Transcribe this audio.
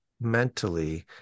mentally